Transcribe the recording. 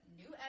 new